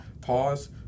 pause